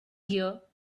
gear